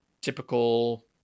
typical